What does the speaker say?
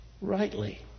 rightly